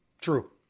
True